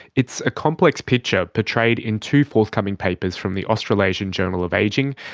it's a complex picture portrayed in two forthcoming papers from the australasian journal of ageing,